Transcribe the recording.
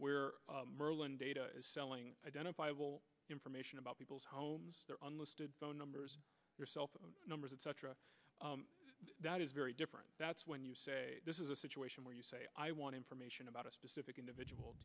where merlin data is selling identifiable information about people's homes phone numbers your cell phone numbers etc that is very different that's when you say this is a situation where you say i want information about a specific individual